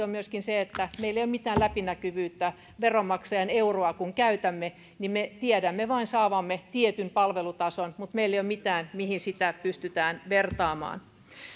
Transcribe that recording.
on haasteena myöskin se että meillä ei ole mitään läpinäkyvyyttä veronmaksajan euroa kun käytämme me tiedämme vain saavamme tietyn palvelutason mutta meillä ei ole mitään mihin sitä pystytään vertaamaan